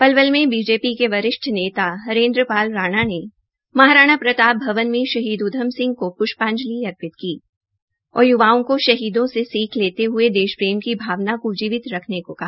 पलवल में बीजेपी के वरिष्ठ नेता हरेन्द्र पाल राणा ने महाराजा प्रताप भवन में शहीद उद्यम को पुष्पांजलि अर्पित की और युवाओं को शहीदों से सीख लेते हुये देश प्रेम की भावना को जीविज रखने को कहा